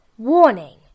Warning